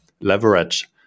leverage